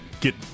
Get